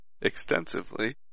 extensively